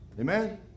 Amen